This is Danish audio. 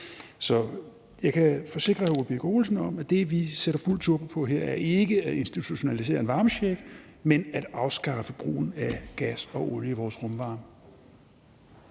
Så jeg kan forsikre hr. Ole Birk Olesen om, at det, vi sætter fuld turbo på, er ikke at institutionalisere en varmecheck, men at afskaffe brugen af gas og olie i vores rumvarme.